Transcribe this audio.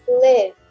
live